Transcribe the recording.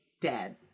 dead